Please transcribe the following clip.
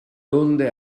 onde